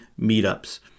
meetups